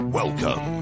welcome